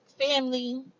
Family